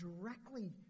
directly